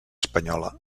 espanyola